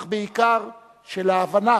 אך בעיקר של ההבנה